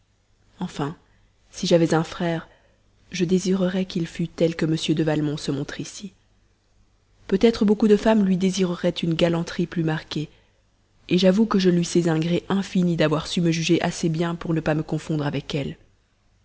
enfin si j'avais un frère je désirerais qu'il fût tel que m de valmont se montre ici peut-être beaucoup de femmes lui désireraient une galanterie plus marquée j'avoue que je lui sais un gré infini d'avoir su me juger assez bien pour ne pas me confondre avec elles